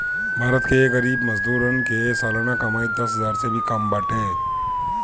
भारत के गरीब मजदूरन के सलाना कमाई दस हजार से भी कम बाटे